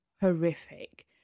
horrific